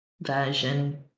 version